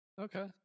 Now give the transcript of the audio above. Okay